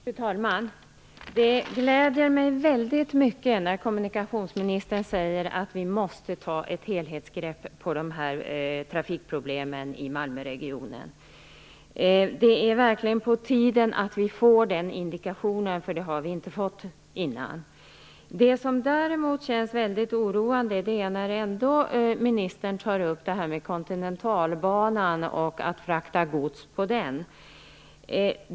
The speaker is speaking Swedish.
Fru talman! Det gläder mig väldigt mycket att kommunikationsministern säger att vi måste ta ett helhetsgrepp på trafikproblemen i Malmöregionen. Det är verkligen på tiden att denna indikation ges. Den har inte getts tidigare. Vad som däremot känns väldigt oroande är att ministern ändå tar upp frågan om Kontinentalbanan och huruvida man skall frakta gods på den.